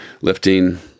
lifting